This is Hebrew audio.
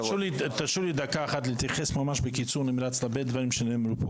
תרשו לי דקה אחת להתייחס בקיצור נמרץ להרבה דברים שנאמרו פה.